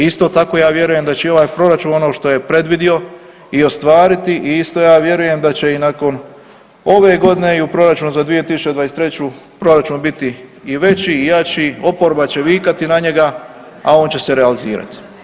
I isto tako ja vjerujem da će i ovaj proračun ono što je predvidio i ostvariti i isto ja vjerujem da će i nakon ove godine i u proračun za 2023. proračun biti i veći i jači, oporba će vikati na njega, a on će se realizirati.